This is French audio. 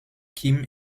kim